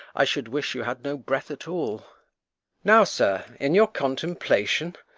i should wish you had no breath at all now, sir, in your contemplation?